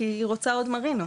כי היא רוצה עוד מרינות.